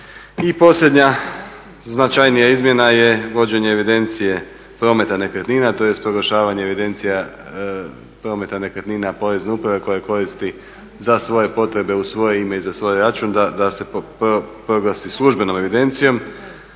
I posljednja značajnija izmjena je vođenje evidencije prometa nekretnina, tj. proglašavanje evidencija prometa nekretnina Porezne uprave koja koristi za svoje potrebe, u svoje ime i za svoj račun, da se proglasi službenom evidencijom.